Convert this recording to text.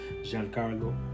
Giancarlo